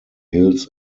hills